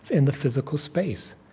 in the physical space.